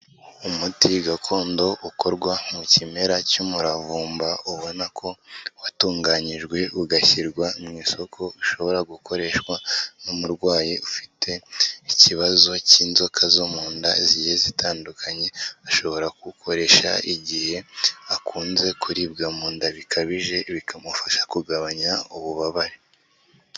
Umuti gakondo ukorwa mu kimera cy'umuravumba, ubona ko watunganyijwe, ugashyirwa mu isoko ushobora gukoreshwa n'umurwayi ufite ikibazo cy'inzoka zo mu nda zigiye zitandukanye, ashobora kuwukoresha igihe akunze kuribwa mu nda bikabije, bikamufasha kugabanya ububabare.